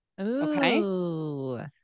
Okay